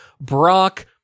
Brock